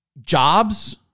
jobs